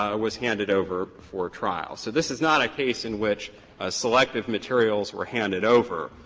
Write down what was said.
um was handed over before trial. so this is not a case in which selective materials were handed over.